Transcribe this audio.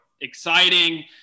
exciting